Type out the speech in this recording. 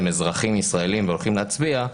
הם אזרחים ישראלים והולכים להצביע,